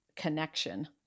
connection